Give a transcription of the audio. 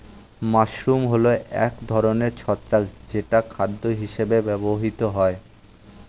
mushroom হল এক ধরনের ছত্রাক যেটা খাদ্য হিসেবে ব্যবহৃত হয়